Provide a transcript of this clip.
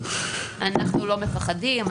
אנחנו לא מפחדים,